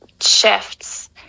shifts